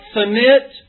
submit